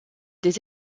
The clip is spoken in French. des